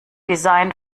design